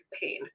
pain